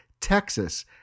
TEXAS